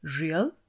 real